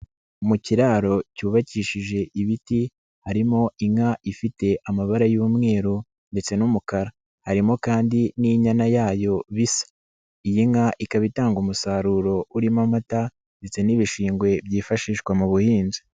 Mu kiraro cyubakishije ibiti harimo inka ifite amabara y'umweru ndetse n'umukara, harimo kandi n'inyana yayo bisa, iyi nka ikaba itanga umusaruro urimo amata ndetse n'ibishingwe byifashishwa mu buhinzi.